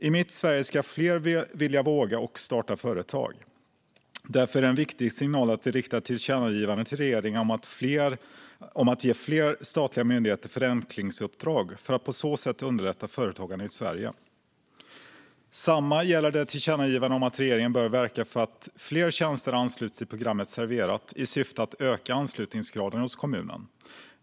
I mitt Sverige ska fler vilja och våga starta företag. Därför är det en viktig signal att vi riktar ett tillkännagivande till regeringen om att ge fler statliga myndigheter ett förenklingsuppdrag för att på så sätt underlätta företagande i Sverige. Samma gäller tillkännagivandet om att regeringen bör verka för att fler tjänster ansluts till programmet Serverat i syfte att öka anslutningsgraden hos kommunerna.